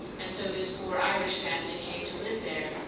and so this poor irish family came to live there.